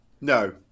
no